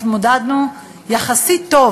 התמודדנו טוב יחסית,